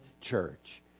church